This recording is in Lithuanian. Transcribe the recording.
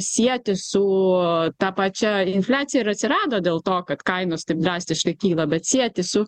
sieti su ta pačia infliacija ir atsirado dėl to kad kainos taip drastiškai kyla bet sieti su